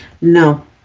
No